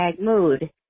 mood